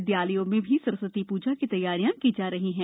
विदयालयों में भी सरस्वती पूजा की तैयारियां की जा रही हैं